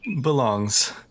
belongs